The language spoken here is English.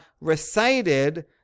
recited